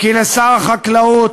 כי לשר החקלאות